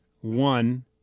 One